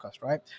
right